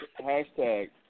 hashtag